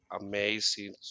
amazing